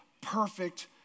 perfect